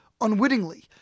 unwittingly